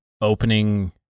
opening